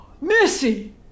Missy